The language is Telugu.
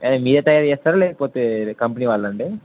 అది మీరే తయారు చేస్తారా లేకపోతే కంపెనీ వాళ్ళండి